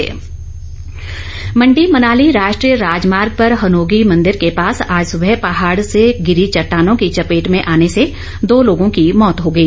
भुस्खलन मण्डी मनाली राष्ट्रीय राजमार्ग पर हनोगी मंदिर के पास आज सुबह पहाड़ से गिरी चट्टानों की चपेट में आने से दो लोगों की मौत हो गई